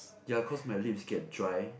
ya cause my lips get dry